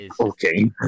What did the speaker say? Okay